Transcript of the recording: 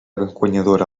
guanyadora